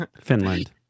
Finland